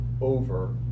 over